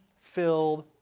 filled